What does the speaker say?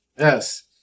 Yes